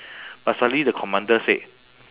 but suddenly the commander said